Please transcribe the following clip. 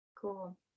cool